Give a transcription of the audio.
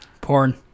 Porn